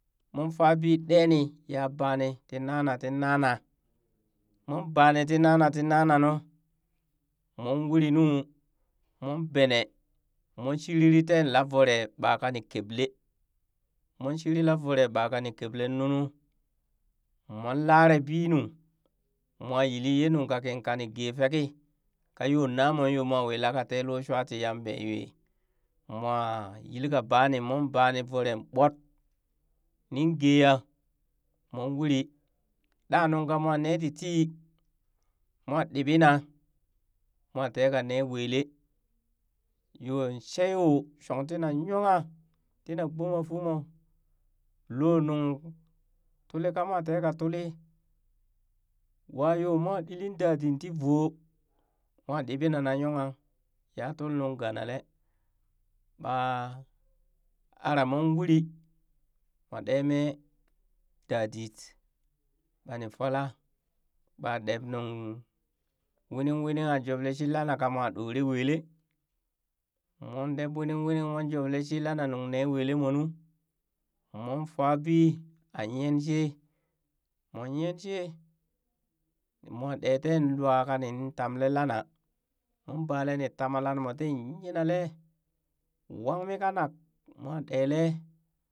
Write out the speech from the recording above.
Mong fabi ɗeeni ya bani ti nana moon bani ti nana ti nana nu, moon uri nuu moon bene mon shiriri teen la voro ɓaka ni keble moon shiriri tee la voroo ɓa kani keble, moon lare bi, moo yilli yee nunk ka kin kani gee feki kan yoon namoon yoo moo wi la ka tee loo shwaa tii yamba yoe mooh yilka bani mon bani voro ɓot nin gee yaa mon wuri ɗa nuŋ kaa mooh neeh titi mooh ɗiɓina mooh tee kaa nee wee lee yoo shee yoo shong tina na yongha tina gboma fuu mo lo nuŋ tuli kamooh teka tuli waa yo mooh ɗilli dadit ti voo, mwa ɗiɓina na yongha ya tul nung ganale ɓaa araa moon uri mooh ɗee mee dadit ɓanii fula ɓaa ɗep nung wining wining aa jublee shi lana ka mo ɗoree wele, moon deb wining wining moon joblee shi lana nuŋ nee wele moo nu. moon fa bii aa yenshe mon yenshee mooh ɗee tee lwa ka nin tamlee lana mon baale ni temee lane ti nyinale, wangmi ka kanak mwa ɗeelee